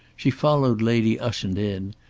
she followed lady ushant in,